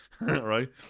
right